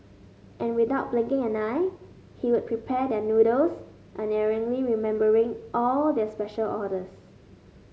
and without blinking an eye he would prepare their noodles unerringly remembering all their special orders